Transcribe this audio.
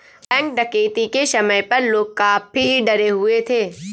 bank डकैती के समय पर लोग काफी डरे हुए थे